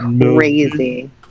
Crazy